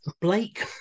Blake